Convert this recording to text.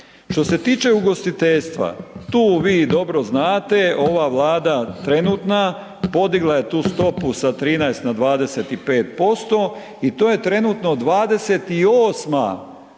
Što se tiče ugostiteljstva tu vi dobro znate ova Vlada trenutna, podigla je tu stopu sa 13% na 25%, i to je trenutno